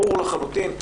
ברור לחלוטין.